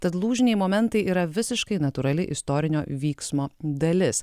tad lūžiniai momentai yra visiškai natūrali istorinio vyksmo dalis